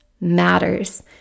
matters